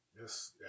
Yes